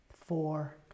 four